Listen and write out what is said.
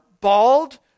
bald